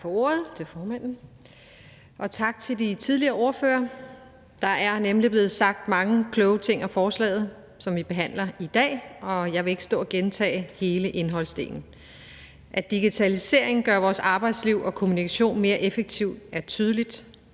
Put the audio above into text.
Tak for ordet til formanden, og tak til de tidligere ordførere. Der er blevet sagt mange kloge ting om forslaget, som vi behandler i dag, og jeg vil ikke stå og gentage hele indholdsdelen. At digitalisering under nedlukning af Danmark gør vores arbejdsliv og kommunikation mere effektiv, er tydeligt